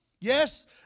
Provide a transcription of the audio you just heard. Yes